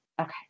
Okay